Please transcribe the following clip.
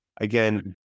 Again